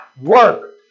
work